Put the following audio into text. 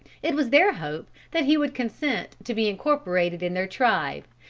it was their hope that he would consent to be incorporated in their tribe,